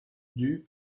due